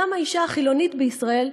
גם האישה החילונית בישראל,